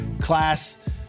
class